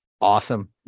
Awesome